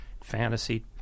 fantasy